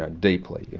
ah deeply, yeah